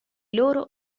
loro